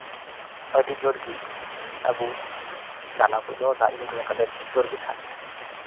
ᱟᱹᱰᱤ ᱡᱳᱨ ᱜᱮ ᱟᱵᱚ ᱪᱟᱞᱟᱣ ᱠᱚᱦᱚᱸ ᱫᱟᱜ ᱧᱩᱨ ᱞᱮᱱᱠᱷᱟᱱ ᱫᱚ ᱟᱹᱰᱤ ᱡᱳᱨᱜᱮ ᱥᱟᱰᱮᱭᱟ